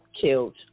killed